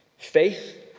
Faith